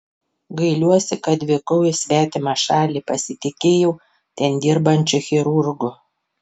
gailiuosi kad vykau į svetimą šalį pasitikėjau ten dirbančiu chirurgu